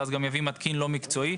ואז גם יביא מתקין לא מקצועי.